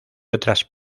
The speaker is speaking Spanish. otras